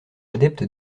adepte